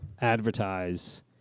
advertise